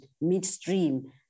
midstream